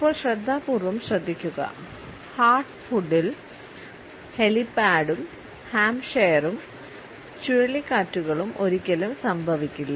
ഇപ്പോൾ ശ്രദ്ധാപൂർവ്വം ശ്രദ്ധിക്കുക ഹാർട്ട് ഫുഡിൽ ഹെലിപാഡും ഹാംപ്ഷയർ ചുഴലിക്കാറ്റുകളും ഒരിക്കലും സംഭവിക്കില്ല